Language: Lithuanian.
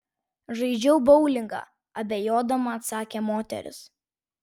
žaidžiau boulingą abejodama atsakė moteris